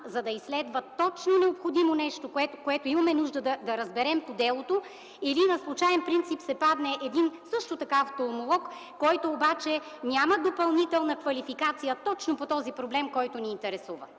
за да изследва точно необходимо нещо, което имаме нужда да разберем по делото, или на случаен принцип се падне един също така офталмолог, който обаче няма допълнителна квалификация точно по този проблем, който ни интересува.